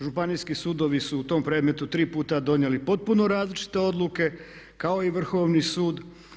Županijski sudovi su u tom predmetu 3 puta donijeli potpuno različite odluke kao i Vrhovni sud.